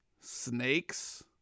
snakes